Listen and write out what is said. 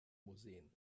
museen